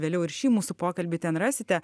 vėliau ir šį mūsų pokalbį ten rasite